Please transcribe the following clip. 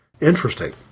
Interesting